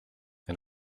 and